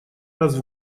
раз